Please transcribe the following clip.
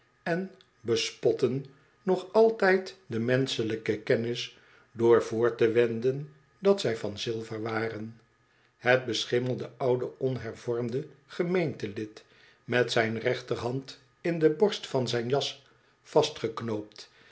en bespott'en nog altijd de menschelijke kennis door voor te wenden dat zn van zilver waren het beschimmelde oude onhervormde gemeente lid met zijn rechterhand in de borst van zijn jas